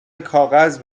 کاغذ